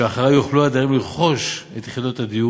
שאחריה יוכלו הדיירים לרכוש את יחידות הדיור